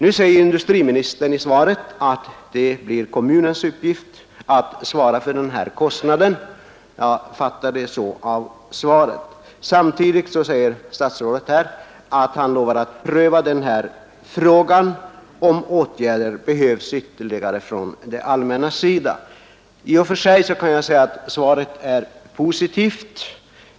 Nu säger industriministern i svaret att det kan bli kommunens uppgift att svara för den kostnaden — jag fattar svaret på det sättet. Samtidigt lovar statsrådet att pröva den här frågan, om ytterligare åtgärder behövs från det allmännas sida.